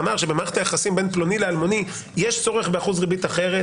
ואמר שבמערכת היחסים בין פלוני לאלמוני יש צורך באחוז ריבית אחר,